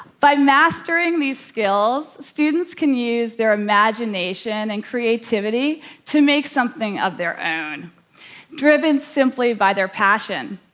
by mastering these skills, students can use their imagination and creativity to make something of their own driven simply by their passion.